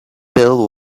bell